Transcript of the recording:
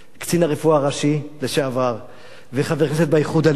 קצין הרפואה הראשי לשעבר וחבר הכנסת באיחוד הלאומי,